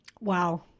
Wow